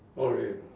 for real